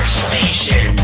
station